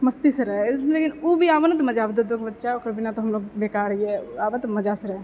मस्तीसँ रहऽ है लेकिन ओ भी आबऽ हऽ तऽ मजा आबऽ है दू दूगो बच्चा ओकर बिना तऽ हमलोग बेकार हियै आबऽ तऽ मजासँ रहऽ